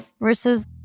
versus